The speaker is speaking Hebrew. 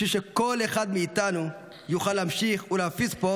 בשביל שכל אחד מאיתנו יוכל להמשיך ולהפיץ פה